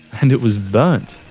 and it was burnt.